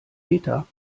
meter